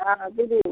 हँ दीदी